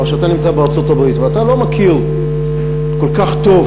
או כשאתה נמצא בארצות-הברית ואתה לא מכיר כל כך טוב